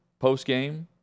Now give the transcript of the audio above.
postgame